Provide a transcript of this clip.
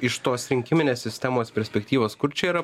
iš tos rinkiminės sistemos perspektyvos kur čia yra